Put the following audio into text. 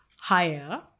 higher